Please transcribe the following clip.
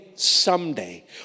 Someday